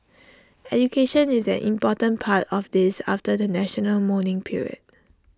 education is an important part of this after the national mourning period